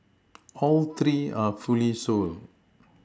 all three are fully sold